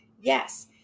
Yes